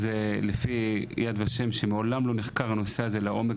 לפי יד ושם שמעולם לא נחקר הנושא הזה לעומק,